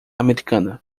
americana